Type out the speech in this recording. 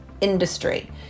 industry